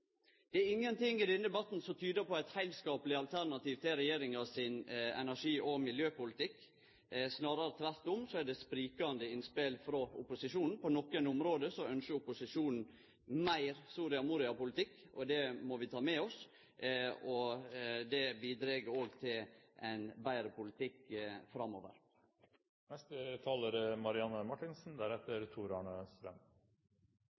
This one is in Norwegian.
Det er ingenting i denne debatten som tyder på eit heilskapleg alternativ til regjeringa sin energi- og miljøpolitikk, snarare tvert om er det sprikande innspel frå opposisjonen. På nokre område ynskjer opposisjonen meir Soria Moria-politikk, og det må vi ta med oss. Det bidreg òg til ein betre politikk framover. Jeg synes at dette har vært en interessant dag så langt, og